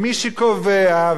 ועל זה אני מדבר הרבה,